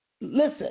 listen